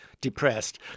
depressed